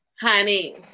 honey